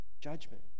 judgment